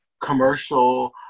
Commercial